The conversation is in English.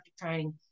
training